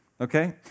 okay